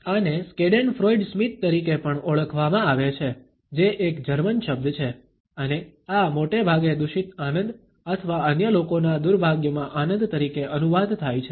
આને સ્કેડેનફ્રોઇડ સ્મિત તરીકે પણ ઓળખવામાં આવે છે જે એક જર્મન શબ્દ છે અને આ મોટે ભાગે દૂષિત આનંદ અથવા અન્ય લોકોના દુર્ભાગ્યમાં આનંદ તરીકે અનુવાદ થાય છે